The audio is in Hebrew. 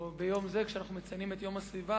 שאנחנו מציינים את יום הסביבה,